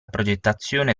progettazione